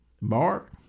Mark